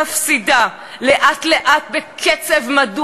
וזה קורה במשמרת שלכם.